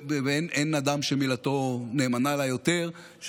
ואין אדם שמילתו נאמנה עליי יותר,